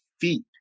feet